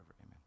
amen